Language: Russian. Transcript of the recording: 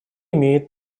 имеет